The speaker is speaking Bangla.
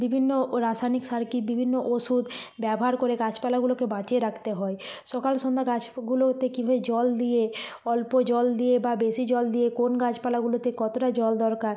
বিভিন্ন রাসায়নিক সার কী বিভিন্ন ওষুধ ব্যবহার করে গাছপালাগুলোকে বাঁচিয়ে রাখতে হয় সকাল সন্ধ্যা গাছগুলোতে কীভাবে জল দিয়ে অল্প জল দিয়ে বা বেশি জল দিয়ে কোন গাছপালাগুলোতে কতটা জল দরকার